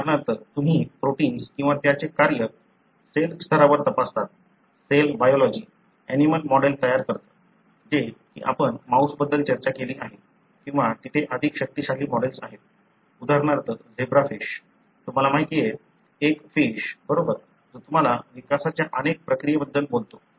उदाहरणार्थ तुम्ही प्रोटिन्स किंवा त्याचे कार्य सेल स्तरावर तपासता सेल बायोलॉजी एनिमल मॉडेल तयार करतो जे की आपण माऊसबद्दल चर्चा केली आहे किंवा तेथे अधिक शक्तिशाली मॉडेल आहेत उदाहरणार्थ झेब्रा फिश तुम्हाला माहिती आहे एक फिश बरोबर जो तुम्हाला विकासाच्या अनेक प्रक्रियेबद्दल बोलतो